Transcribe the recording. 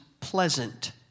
pleasant